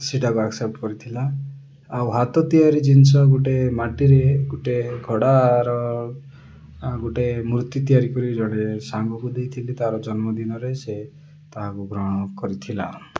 ସେଟାକୁ ଆସେପ୍ଟ କରିଥିଲା ଆଉ ହାତ ତିଆରି ଜିନିଷ ଗୋଟେ ମାଟିରେ ଗୋଟେ ଘୋଡ଼ାର ଗୋଟେ ମୂର୍ତ୍ତି ତିଆରି କରି ଜଣେ ସାଙ୍ଗକୁ ଦେଇଥିଲି ତାର ଜନ୍ମଦିନରେ ସେ ତାହାକୁ ଗ୍ରହଣ କରିଥିଲା